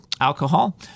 alcohol